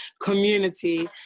community